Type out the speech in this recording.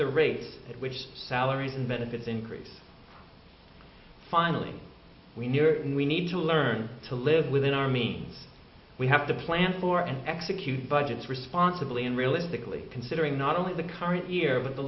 the rate at which salaries and benefits increase finally we near and we need to learn to live within our means we have to plan for and execute budgets responsibly and realistically considering not only the current year but the